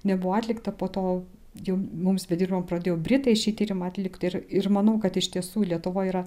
nebuvo atlikta po to jau mums bedirbant pradėjo britai šį tyrimą atlikt ir ir manau kad iš tiesų lietuva yra